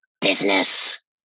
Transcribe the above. business